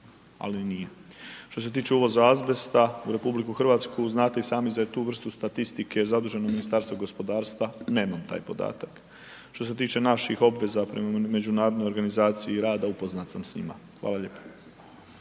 ali nije. Što se tiče uvoza azbesta u RH, znate i sami da je za tu vrstu statistike zaduženo Ministarstvo gospodarstva, nemam taj podatak. Što se tiče naših obveza prema Međunarodnoj organizaciji rada upoznat sam s njima. Hvala lijepo.